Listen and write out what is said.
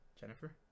Jennifer